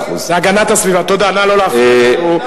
השר לאיכות הסביבה.